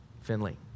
Finley